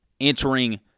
entering